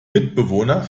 mitbewohner